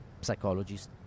psychologists